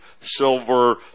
silver